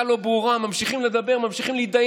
אין כך ביחס להצבעה בעניין